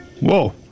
Whoa